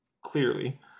clearly